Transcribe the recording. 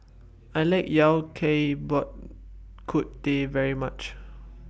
I like Yao Cai Bak Kut Teh very much